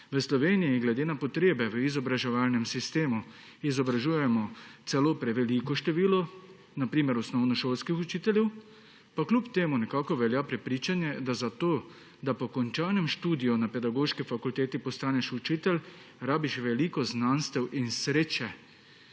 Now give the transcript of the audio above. V Sloveniji glede na potrebe v izobraževalnem sistemu izobražujemo celo preveliko število na primer osnovnošolskih učiteljev, pa kljub temu nekako velja prepričanje, da za to, da po končanem študiju na pedagoški fakulteti postaneš učitelj, rabiš veliko znanstev in sreče.